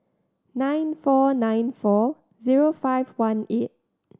nine four nine four zero five one eight